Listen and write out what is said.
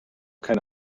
keine